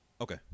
Okay